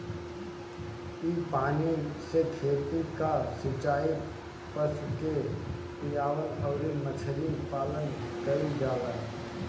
इ पानी से खेत कअ सिचाई, पशु के पियवला अउरी मछरी पालन कईल जाला